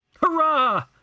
hurrah